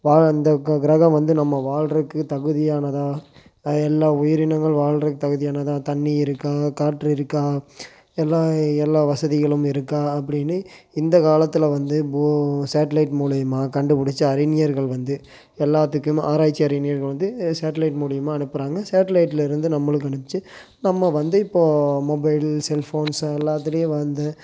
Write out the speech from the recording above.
வாழ இந்த கிரகம் வந்து நம்ம வாழ்றதுக்கு தகுதியானதா எல்லா உயிரினங்களும் வாழ்றதுக்கு தகுதியானதா தண்ணீர் இருக்கா காற்று இருக்கா எல்லா எல்லா வசதிகளும் இருக்கா அப்படினு இந்த காலத்தில் வந்து போ ஷேட்லைட் மூலயமா கண்டுபிடிச்சி அறிஞர்கள் வந்து எல்லாத்துக்கும் ஆராய்ச்சி அறிஞர்கள் வந்து ஷேட்லைட் மூலயமா அனுப்புறாங்கள் ஷேட்லைட்ல இருந்து நம்மளுக்கு அனுப்பிச்சி நம்ம வந்து இப்போது மொபைல் செல்ஃபோன்ஸ் எல்லாத்திலயும் வந்து